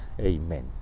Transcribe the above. Amen